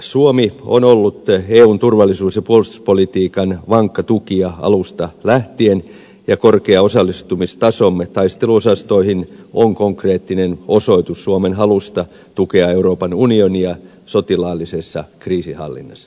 suomi on ollut eun turvallisuus ja puolustuspolitiikan vankka tukija alusta lähtien ja korkea osallistumistasomme taisteluosastoihin on konkreettinen osoitus suomen halusta tukea euroopan unionia sotilaallisessa kriisinhallinnassa